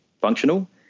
functional